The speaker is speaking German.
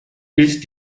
ist